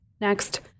Next